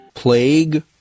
Plague